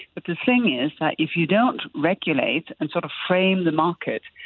but the thing is that if you don't regulate and sort of frame the market,